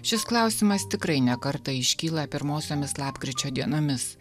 šis klausimas tikrai ne kartą iškyla pirmosiomis lapkričio dienomis